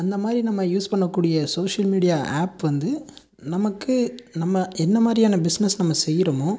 அந்த மாதிரி நம்ம யூஸ் பண்ண கூடிய சோஷியல் மீடியா ஆப் வந்து நமக்கு நம்ம என்ன மாதிரியான பிஸ்னஸ் நம்ம செய்கிறமோ